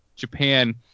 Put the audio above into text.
japan